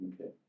Okay